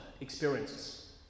experiences